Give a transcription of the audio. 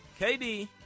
KD